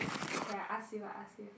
okay I ask you I ask you